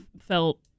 felt